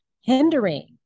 hindering